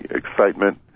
excitement